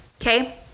okay